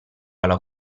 alla